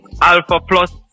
alpha-plus